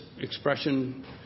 expression